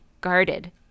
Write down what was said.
guarded